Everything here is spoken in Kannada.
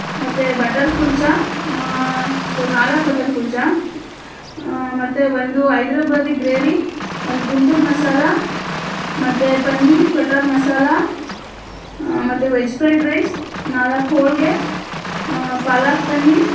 ಮತ್ತು ಬಟರ್ ಕುಲ್ಚಾ ಸರ್ ನಾಲ್ಕು ಬಟರ್ ಕುಲ್ಚಾ ಮತ್ತು ಒಂದು ಹೈದರಾಬಾದಿ ಗ್ರೇವಿ ಒಂದು ಗುಂಟೂರು ಮಸಾಲಾ ಮತ್ತು ಪನ್ನೀರ್ ಬಟರ್ ಮಸಾಲಾ ಮತ್ತೆ ವೆಜ್ ಫ್ರೈಡ್ ರೈಸ್ ನಾಲ್ಕು ಹೋಳಿಗೆ ಪಾಲಕ್ ಪನ್ನೀರ್